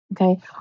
Okay